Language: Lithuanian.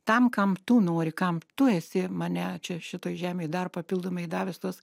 tam kam tu nori kam tu esi mane čia šitoj žemėj dar papildomai davęs tuos